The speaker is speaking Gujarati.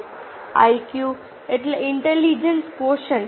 IQ એટલે ઇન્ટેલિજન્સ ક્વોશન્ટ